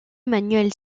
manuel